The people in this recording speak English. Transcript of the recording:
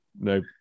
no